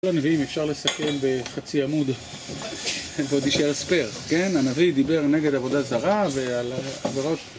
כל הנביאים אפשר לסכם בחצי עמוד, ועוד יישאר spare, כן? הנביא דיבר נגד עבודה זרה ועל עבירות